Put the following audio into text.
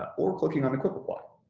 ah or clicking on a quick reply.